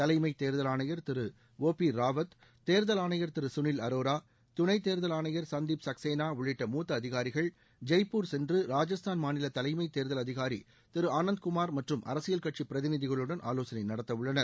தலைமைத் தேர்தல் ஆணையர் திரு ஓ பி ராவத் தேர்தல் ஆணையர் திரு சுனில் அரோரா துணைத் தேர்தல் ஆணையர் சந்தீப் சக்சேளா உள்ளிட்ட மூத்த அதிகாரிகள் ஜெய்ப்பூர் சென்று ராஜஸ்தான் மாநில தலைமைத் தேர்தல் அதிகாரி திரு ஆனந்த் குமார் மற்றும் அரசியல் கட்சி பிரதிநிதிகளுடன் ஆவோசனை நடத்துவுள்ளனர்